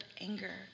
anger